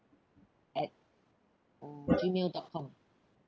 at uh gmail dot com